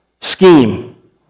scheme